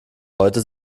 heute